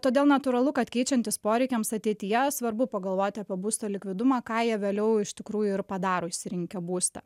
todėl natūralu kad keičiantis poreikiams ateityje svarbu pagalvoti apie būsto likvidumą ką jie vėliau iš tikrųjų ir padaro išsirinkę būstą